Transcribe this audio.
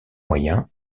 moyens